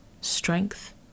strength